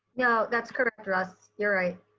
no, that's correct, russ. you're right.